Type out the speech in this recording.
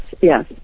yes